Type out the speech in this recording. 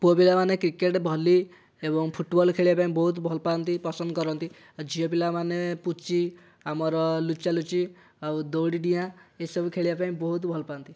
ପୁଅ ପିଲା ମାନେ କ୍ରିକେଟ ଭଲି ଏବଂ ଫୁଟବଲ ଖେଳିବା ପାଇଁ ବହୁତ ଭଲ ପାଆନ୍ତି ପସନ୍ଦ କରନ୍ତି ଆଉ ଝିଅ ପିଲାମାନେ ପୁଚି ଆମର ଲୁଚାଲୁଚି ଆଉ ଦଉଡ଼ି ଡିଆଁ ଏସବୁ ଖେଳିବା ପାଇଁ ବହୁତ ଭଲ ପାଆନ୍ତି